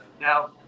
now